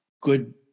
good